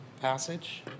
passage